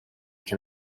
can